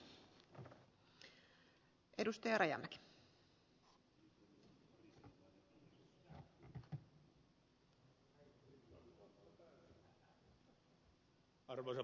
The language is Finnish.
arvoisa puhemies